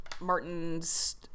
Martin's